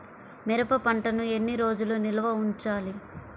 మిరప పంటను ఎన్ని రోజులు నిల్వ ఉంచాలి?